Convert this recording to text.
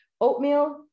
oatmeal